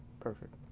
perfect.